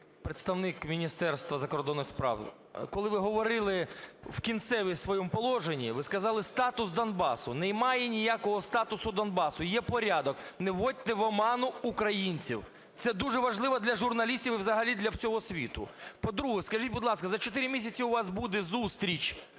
представник Міністерства закордонних справ, коли ви говорили в кінцевому своєму положенні, ви сказали "статус Донбасу". Немає ніякого статусу Донбасу, є порядок. Не вводьте в оману українців. Це дуже важливо для журналістів і взагалі для всього світу. По-друге, скажіть, будь ласка, за 4 місяці у вас буде зустріч